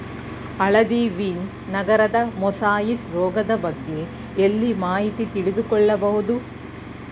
ಹಳದಿ ವೀನ್ ನರದ ಮೊಸಾಯಿಸ್ ರೋಗದ ಬಗ್ಗೆ ಎಲ್ಲಿ ಮಾಹಿತಿ ತಿಳಿದು ಕೊಳ್ಳಬಹುದು?